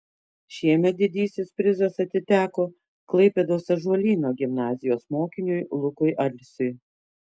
šiemet didysis prizas atiteko klaipėdos ąžuolyno gimnazijos mokiniui lukui alsiui